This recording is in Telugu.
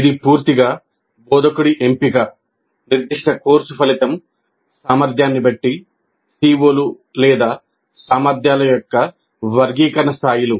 ఇది పూర్తిగా బోధకుడి ఎంపిక నిర్దిష్ట కోర్సు ఫలితం సామర్థ్యాన్ని బట్టి CO లు లేదా సామర్థ్యాల యొక్క వర్గీకరణ స్థాయిల